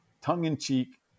tongue-in-cheek